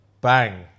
bang